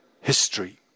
history